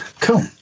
Cool